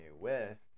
West